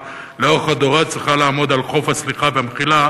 לאורך הדורות צריכה לעמוד על חוף הסליחה והמחילה,